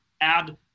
add